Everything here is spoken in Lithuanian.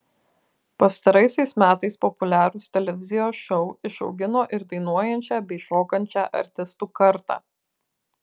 pastaraisiais metais populiarūs televizijos šou išaugino ir dainuojančią bei šokančią artistų kartą